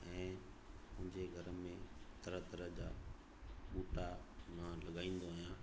ऐं मुंहिंजे घर में तरह तरह जा ॿूटा मां लॻाईंदो आहियां